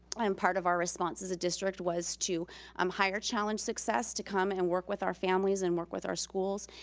um part of our response as a district was to um hire challenge success to come and work with our families and work with our schools.